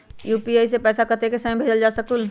UPI से पैसा कतेक समय मे भेजल जा स्कूल?